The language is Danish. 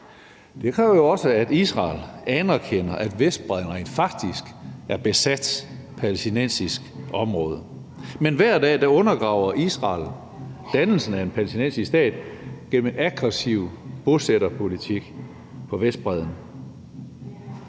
Det kræver jo også, at Israel anerkender, at Vestbredden rent faktisk er besat palæstinensisk område, men hver dag undergraver Israel dannelsen af en palæstinensisk stat gennem en aggressiv bosætterpolitik på Vestbredden.